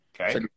Okay